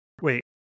wait